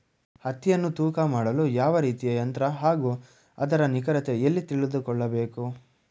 ಹತ್ತಿಯನ್ನು ತೂಕ ಮಾಡಲು ಯಾವ ರೀತಿಯ ಯಂತ್ರ ಹಾಗೂ ಅದರ ನಿಖರತೆ ಎಲ್ಲಿ ತಿಳಿದುಕೊಳ್ಳಬೇಕು?